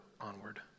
onward